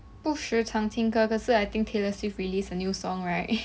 不时常听歌可是 I think taylor swift released a new song right